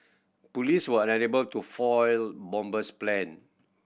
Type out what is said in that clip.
police were unable to foil bomber's plan